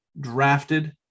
drafted